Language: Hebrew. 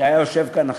שהיה יושב כאן עכשיו,